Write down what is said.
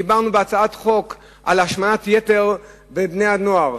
דיברנו בהצעת חוק על השמנת יתר בקרב בני-הנוער.